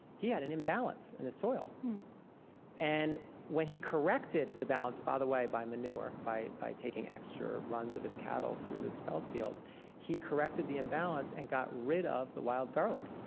he had an imbalance in his soil and, when he corrected the balance by the way, by manure, by by taking extra runs of his cattle through the spelt field he corrected the imbalance and got rid of the wild garlic.